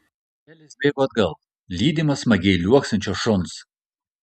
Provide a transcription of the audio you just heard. elis bėgo atgal lydimas smagiai liuoksinčio šuns